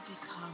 become